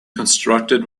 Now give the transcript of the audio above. constructed